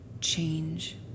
change